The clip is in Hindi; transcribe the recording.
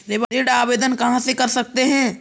ऋण आवेदन कहां से कर सकते हैं?